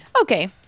Okay